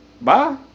Bye